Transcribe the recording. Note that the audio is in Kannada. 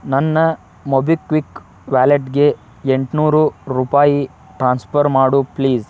ನನ್ನ ಮೊಬಿಕ್ವಿಕ್ ವ್ಯಾಲೆಟ್ಗೆ ಎಂಟು ನೂರು ರೂಪಾಯಿ ಟ್ರಾನ್ಸ್ಫರ್ ಮಾಡು ಪ್ಲೀಸ್